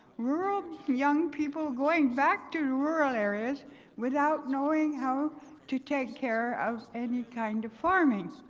rural young people going back to to rural areas without knowing how to take care of any kind of farming.